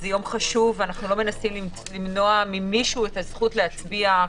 יום חשוב ואנחנו לא מנסים למנוע ממישהו את הזכות להצביע.